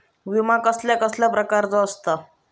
विमा कसल्या कसल्या प्रकारचो असता?